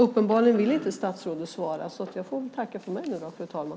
Uppenbarligen vill inte statsrådet svara, så jag får tacka för mig nu, fru talman.